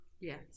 Yes